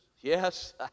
yes